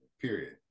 period